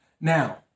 Now